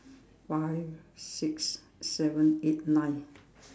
five six seven eight nine